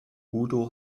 udo